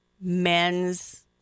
men's